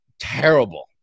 terrible